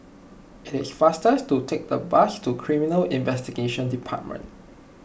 it is faster to take a bus to Criminal Investigation Department